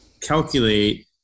calculate